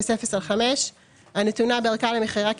707100/5---- הנתונה בערכה למכירה קמעונאית,